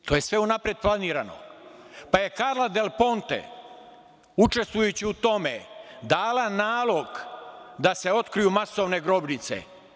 To je sve unapred planirano, pa je Karla Delponte, učestvujući u tome dala nalog da se otkriju masovne grobnice.